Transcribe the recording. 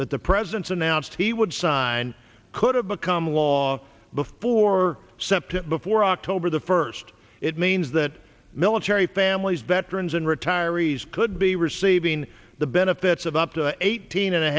that the president's announced he would sign could have become law before sept before october the first it means that military families veterans and retiree's could be receiving the benefits of up to eighteen and a